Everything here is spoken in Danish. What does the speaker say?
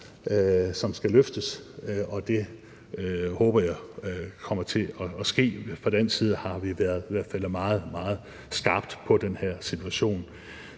som skal løftes, og det håber jeg kommer til at ske. Fra dansk side har vi i hvert fald stillet meget, meget skarpt på den her situation.